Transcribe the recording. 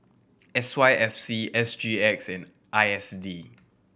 S Y F C S G X and I S D